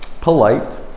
polite